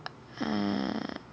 uh